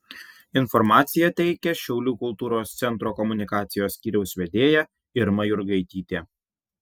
informaciją teikia šiaulių kultūros centro komunikacijos skyriaus vedėja irma jurgaitytė